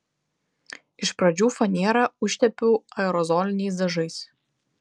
iš pradžių fanerą užtepiau aerozoliniais dažais